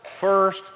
first